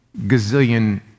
gazillion